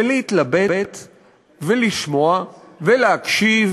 להתלבט ולשמוע ולהקשיב